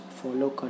follow